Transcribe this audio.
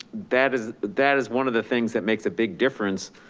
that is, that is one of the things that makes a big difference.